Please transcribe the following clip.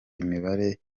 imibare